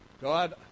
God